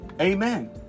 Amen